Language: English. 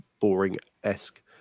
boring-esque